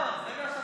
כי אנחנו ממלכתיים.